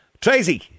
Tracy